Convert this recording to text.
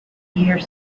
here